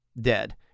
dead